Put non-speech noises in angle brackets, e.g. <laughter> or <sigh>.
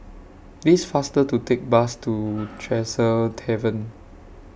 It's faster to Take Bus to <noise> Tresor Tavern